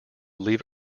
leave